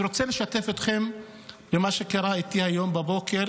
אני רוצה לשתף אתכם במה שקרה לי היום בבוקר.